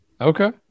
Okay